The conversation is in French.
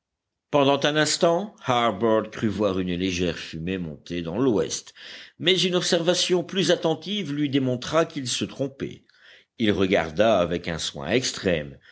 pendant un instant harbert crut voir une légère fumée monter dans l'ouest mais une observation plus attentive lui démontra qu'il se trompait il regarda avec un soin extrême